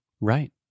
Right